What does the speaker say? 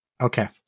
Okay